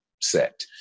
set